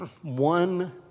one